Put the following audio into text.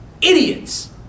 idiots